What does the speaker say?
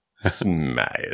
Smile